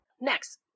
Next